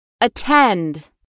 Attend